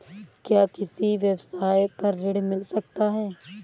क्या किसी व्यवसाय पर ऋण मिल सकता है?